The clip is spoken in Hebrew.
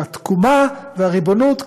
התקומה והריבונות,